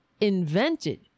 invented